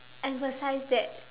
emphasize that